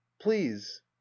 please